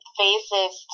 faces